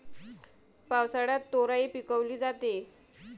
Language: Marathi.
पावसाळ्यात तोराई पिकवली जाते